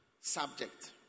subject